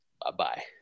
Bye-bye